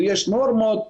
ויש נורמות,